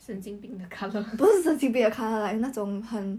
don't want get head cancer